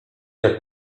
jak